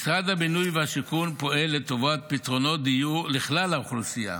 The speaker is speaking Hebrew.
משרד הבינוי והשיכון פועל לטובת פתרונות דיור לכלל האוכלוסייה